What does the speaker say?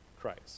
Christ